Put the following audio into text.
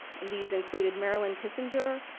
and these included marilyn kissenger,